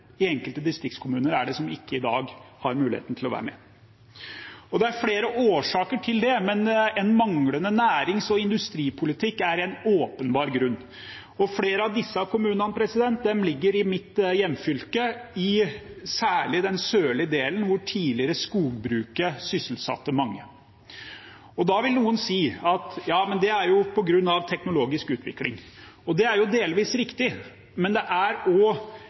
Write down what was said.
i enkelte distriktskommuner er det som i dag ikke har muligheten til å være med. Det er flere årsaker til det, men en manglende nærings- og industripolitikk er en åpenbar grunn. Flere av disse kommunene ligger i mitt hjemfylke, i særlig den sørlige delen, hvor skogbruket tidligere sysselsatte mange. Da vil noen si: Ja, men det er jo på grunn av teknologisk utvikling. Det er delvis riktig, men det er